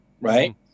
right